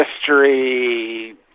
history